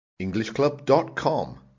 Englishclub.com